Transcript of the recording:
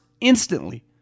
instantly